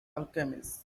alchemist